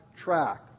track